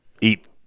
eat